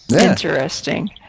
Interesting